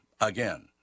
Again